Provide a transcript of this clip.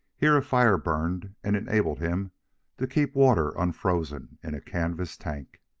here a fire burned and enabled him to keep water unfrozen in a canvas tank.